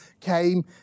came